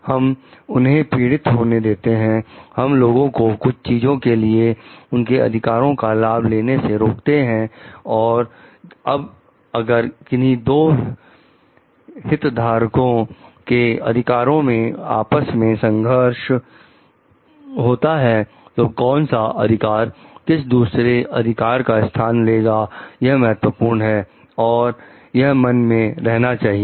हम उन्हें पीड़ित होने देते हैं हम लोगों को कुछ चीजों के लिए उनके अधिकारों का लाभ लेने से रोकते हैं और अब अगर किन्ही दो हिट धारकों के अधिकारों में आपस में संघर्ष होता है तो कौन सा अधिकार किस दूसरे अधिकार का स्थान लेगा यह महत्वपूर्ण है और यह मन में रहना चाहिए